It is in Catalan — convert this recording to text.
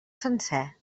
sencer